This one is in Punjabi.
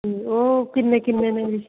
ਅਤੇ ਉਹ ਕਿੰਨੇ ਕਿੰਨੇ ਨੇ ਜੀ